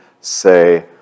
say